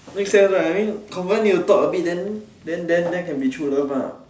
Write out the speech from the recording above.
make sense right I mean confirm need to talk a bit then then then can be true love lah